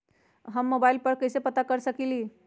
हम मोबाइल पर कईसे पता कर सकींले?